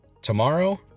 Tomorrow